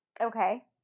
Okay